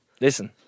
listen